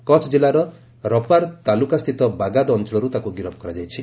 କଚ୍ଛ ଜିଲ୍ଲାର ରପାର ତାଲୁକା ସ୍ଥିତ ବାଗାଦ ଅଞ୍ଚଳରୁ ତାକୁ ଗିରଫ କରାଯାଇଛି